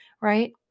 Right